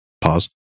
Pause